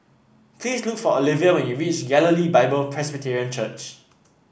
please look for Oliva when you reach Galilee Bible Presbyterian Church